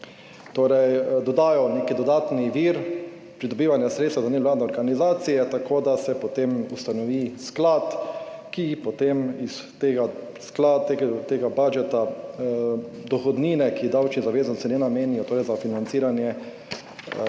členu dodajo nek dodatni vir pridobivanja sredstev za nevladne organizacije, tako da se potem ustanovi sklad, ki potem iz tega budžeta dohodnine, ki davčni zavezanci ne namenijo, torej za financiranje političnih